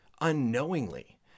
unknowingly